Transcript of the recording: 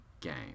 game